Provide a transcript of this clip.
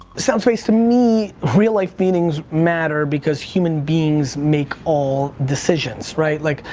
soundspace, to me, real life meetings matter because human beings make all decisions, right. like,